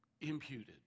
imputed